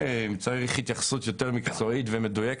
אם צריך התייחסות מקצועית ומדויקת,